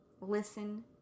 listen